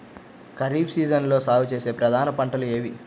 ఖరీఫ్ సీజన్లో సాగుచేసే ప్రధాన పంటలు ఏమిటీ?